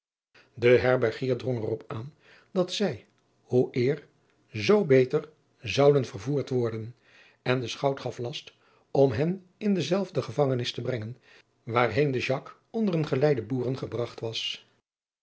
drong er op aan dat zij hoe eer zoo beter zouden vervoerd worden en de chout gaf last om hen in dezelfde gevangenis te brengen waarheen de onder een geleide boeren gebragt was